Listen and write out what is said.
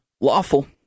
lawful